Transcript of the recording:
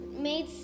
made